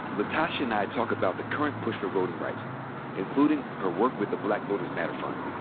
latosha and i talk about the current push for voting rights including her work with the black voters matter fund.